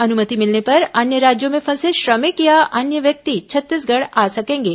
अनुमति मिलने पर अन्य राज्यों में फंसे श्रमिक या अन्य व्यक्ति छत्तीसगढ़ आ सकेंगे